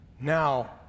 now